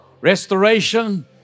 Restoration